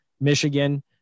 Michigan